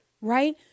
Right